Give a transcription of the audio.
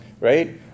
right